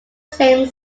same